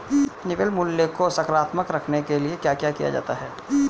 निवल मूल्य को सकारात्मक रखने के लिए क्या क्या किया जाता है?